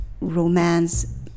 romance